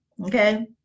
okay